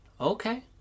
Okay